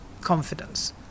confidence